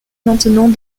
maintenant